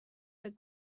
that